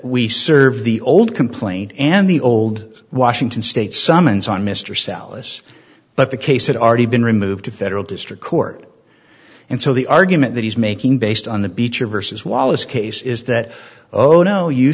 we serve the old complaint and the old washington state summons on mr celis but the case had already been removed to federal district court and so the argument that he's making based on the beach or versus wallace case is that oh no you